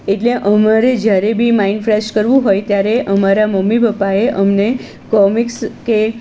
એટલે અમારે જ્યારે બી માઇન્ડ ફ્રેશ કરવું હોય ત્યારે અમારા મમ્મી પપ્પાએ અમને કોમિક્સ કે